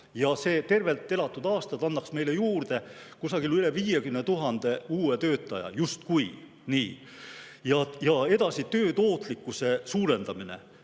Rohkem tervelt elatud aastaid annaks meile juurde kusagil üle 50 000 uue töötaja, justkui. Edasi, töö tootlikkuse suurendamine.